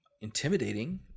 intimidating